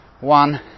one